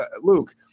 Luke